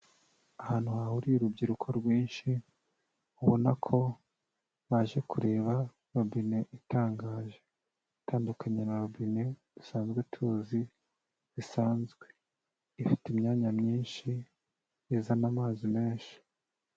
Ahantu hahuriye urubyiruko rwinshi, ubona ko baje kureba robine itangaje, itandukanye na robine dusanzwe tuzi bisanzwe, ifite imyanya myinshi izana amazi menshi.